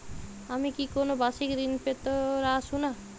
আমি কি কোন বাষিক ঋন পেতরাশুনা?